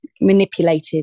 manipulated